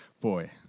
boy